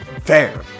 Fair